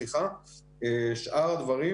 שאר הדברים